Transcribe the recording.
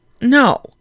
No